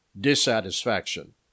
dissatisfaction